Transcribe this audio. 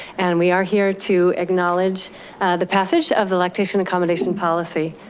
and we are here to acknowledge the passage of the lactation accommodation policy.